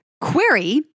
query